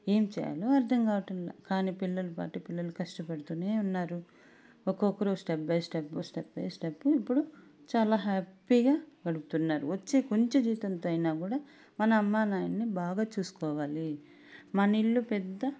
ఏం చెయ్యాలో అర్ధం కావటంల కానీ పిల్లల పాటికి పిల్లలు కష్టపడుతూనే ఉన్నారు ఒక్కొక్కరు స్టెప్ బై స్టెప్ ఇప్పుడు చాలా హ్యాపీగా గడుపుతున్నారు వచ్చే కొంచం జీతంతో అయినా కూడా మన అమ్మా నాయిన్ని బాగా చూసుకోవాలి మన ఇల్లు పెద్ద